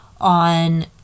on